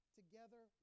together